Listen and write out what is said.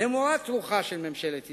למורת רוחה של ממשלת ישראל.